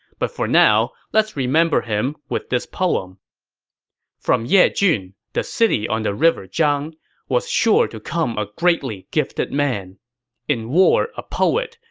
but for now, let's remember him with this poem from yejun, the city on the river zhang was sure to come a greatly gifted man in war, a poet,